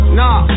nah